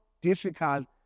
difficult